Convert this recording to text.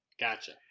Gotcha